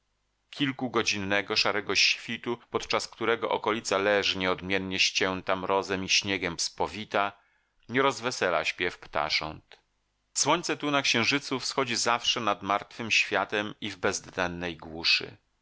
kilkugodzinnego szarego świtu podczas którego okolica leży nieodmiennie ścięta mrozem i śniegiem spowita nie rozwesela śpiew ptasząt słońce tu na księżycu wschodzi zawsze nad martwym światem i w